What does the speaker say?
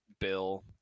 bill